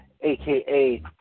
aka